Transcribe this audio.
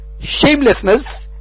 shamelessness